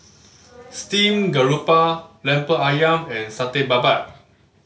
steamed garoupa Lemper Ayam and Satay Babat